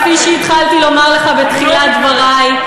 כפי שהתחלתי לומר לך בתחילת דברי,